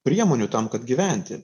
priemonių tam kad gyventi